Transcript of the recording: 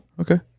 Okay